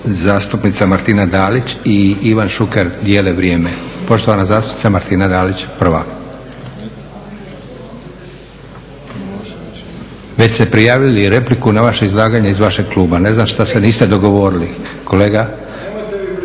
zastupnica Martina Dalić i Ivan Šuker dijele vrijeme. Poštovana zastupnica Martina Dalić prva. Već su prijavili i repliku na vaše izlaganje iz vašeg kluba, ne znam šta se niste dogovorili kolega?